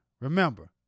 Remember